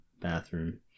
bathroom